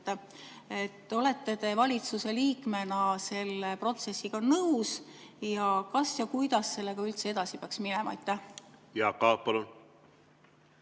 Olete te valitsuse liikmena selle protsessiga nõus ning kas ja kuidas sellega üldse edasi peaksime minema? Jaak Aab, palun!